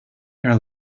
her